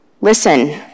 Listen